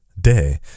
day